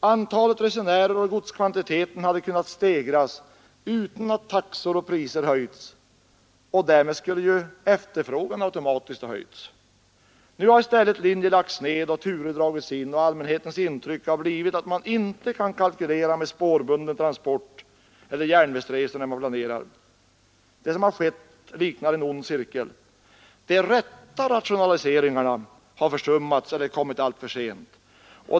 Antalet resenärer och godskvantiteten hade kunnat stegras utan att taxor och priser höjts, och därmed skulle efterfrågan automatiskt ha höjts. Nu har i stället linjer lagts ned och turer dragits in, och allmänhetens intryck har blivit att man inte kan kalkylera med spårbunden transport eller järnvägsresor när man planerar. Det som har skett liknar en ond cirkel. De rätta rationaliseringarna har försummats eller kommit alltför sent.